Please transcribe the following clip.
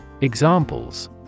Examples